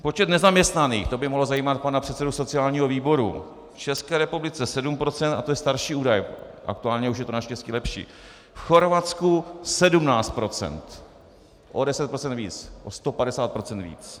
Počet nezaměstnaných, to by mohlo zajímat pana předsedu sociálního výboru: v České republice 7 %, a to je starší údaj, aktuálně už je to naštěstí lepší, v Chorvatsku 17 %, o 10 % víc, o 150 % víc.